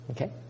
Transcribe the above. Okay